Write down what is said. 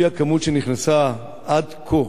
הכמות שנכנסה עד כה